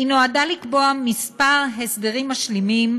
היא נועדה לקבוע כמה הסדרים משלימים